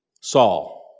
Saul